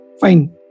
Fine